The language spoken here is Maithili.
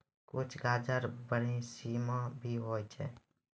कुछ गाजर बरमसिया भी होय छै